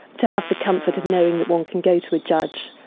to have the comfort of knowing that one can go to a judge,